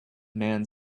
man